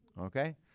Okay